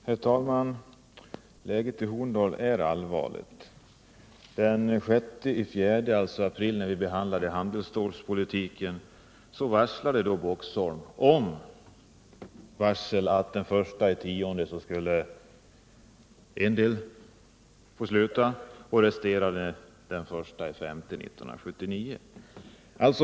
Herr talman! Läget i Horndal är allvarligt. Den 6 april, när vi behandlade handelsstålspolitiken här i riksdagen, varslade Boxholm AB om att en del av de anställda skulle få sluta den 1 oktober i år och resterande delen den 1 maj 1979.